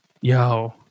yo